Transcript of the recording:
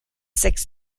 six